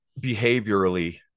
behaviorally